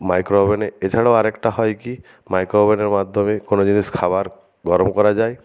micro ওভেনে এছাড়াও আর একটা হয় কী মাইক্রো ওভেনের মাধ্যমে কোনো জিনিস খাবার গরম করা যায়